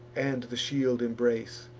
and the shield embrace.